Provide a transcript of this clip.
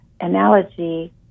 analogy